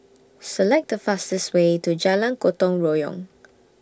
Select The fastest Way to Jalan Gotong Royong